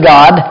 God